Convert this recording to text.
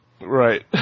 Right